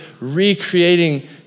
recreating